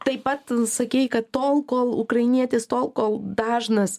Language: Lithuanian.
taip pat sakei kad tol kol ukrainietis tol kol dažnas